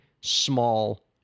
small